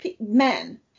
men